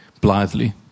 blithely